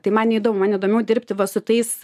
tai man neįdomu man įdomiau dirbti va su tais